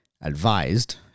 advised